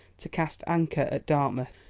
to cast anchor at dartmouth.